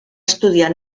estudiar